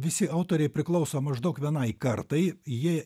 visi autoriai priklauso maždaug vienai kartai jie